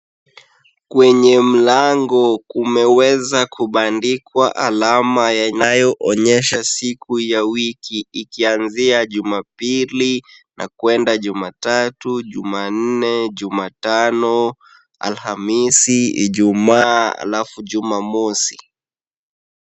Kwenye mlango, kumeweza kubandikwa, alama inayoonyesha siku za wiki. Ikianzia Jumapili na kwenda Jumatatu, Jumanne, Jumatano, Alhamisi, Ijumaa alafu Jumamosi.